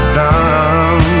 down